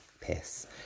piss